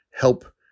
help